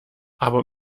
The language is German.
aber